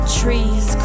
trees